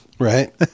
Right